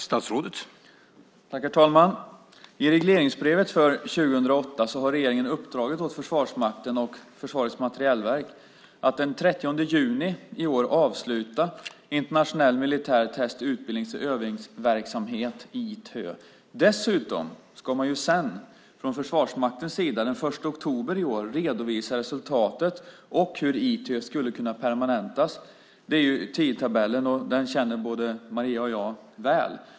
Herr talman! I regleringsbrevet för 2008 har regeringen uppdragit åt Försvarsmakten och Försvarets materielverk att den 30 juni i år avsluta internationell militär test-, utbildnings och övningsverksamhet, ITÖ. Dessutom ska man sedan från Försvarsmaktens sida den 1 oktober i år redovisa resultatet och hur ITÖ skulle kunna permanentas. Det är tidtabellen, och den känner både Maria och jag väl.